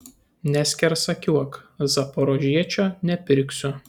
neskersakiuok zaporožiečio nepirksiu